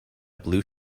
blue